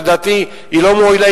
שלדעתי היא לא מועילה,